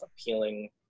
appealing